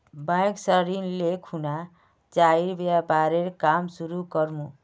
bank स ऋण ले खुना चाइर व्यापारेर काम शुरू कर मु